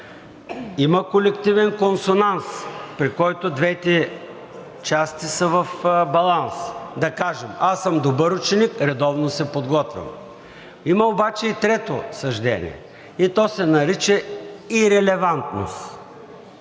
Има колективен консонанс, при който двете части са в баланс, да кажем: аз съм добър ученик, редовно се подготвям. Има обаче и трето съждение и то се нарича ирелевантност,